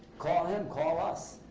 call him. call us.